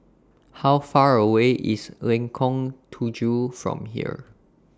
How Far away IS Lengkong Tujuh from here